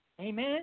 Amen